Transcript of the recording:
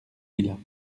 villas